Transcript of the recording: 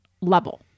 level